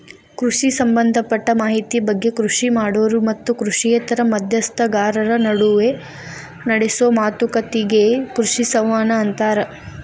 ಕೃಷಿ ಸಂಭದಪಟ್ಟ ಮಾಹಿತಿ ಬಗ್ಗೆ ಕೃಷಿ ಮಾಡೋರು ಮತ್ತು ಕೃಷಿಯೇತರ ಮಧ್ಯಸ್ಥಗಾರರ ನಡುವ ನಡೆಸೋ ಮಾತುಕತಿಗೆ ಕೃಷಿ ಸಂವಹನ ಅಂತಾರ